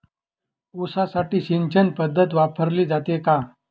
ऊसासाठी सिंचन पद्धत वापरली जाते का?